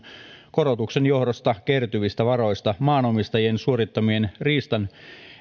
korotuksen johdosta kertyvistä varoista maanomistajien suorittamien riistan